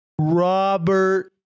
Robert